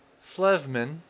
Slevman